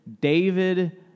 David